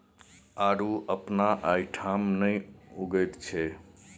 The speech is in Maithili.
आड़ू अपना एहिठाम नहि उगैत छै